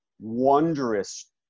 wondrous